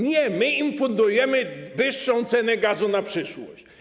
Nie, my im fundujemy wyższą cenę gazu na przyszłość.